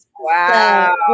Wow